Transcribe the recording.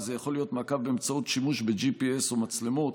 וזה יכול להיות מעקב באמצעות שימוש ב-GPS או מצלמות.